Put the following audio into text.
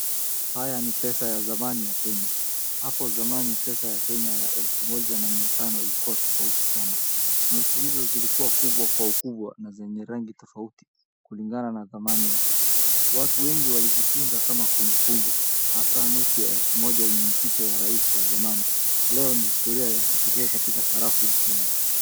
Haya ni pesa ya zamani ya Kenya. Hapo zamani, pesa ya Kenya ya elfu moja na mia tano ilikuwa tofauti sana. Noti hizo zilikuwa kubwa kwa ukubwa na zenye rangi tofauti kulingana na thamani yake. Watu wengi walizitunza kama kumbukumbu, hasa noti ya elfu moja yenye picha ya rais wa zamani. Leo ni historia ya kipekee katika sarafu ya Kenya.